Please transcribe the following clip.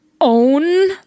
own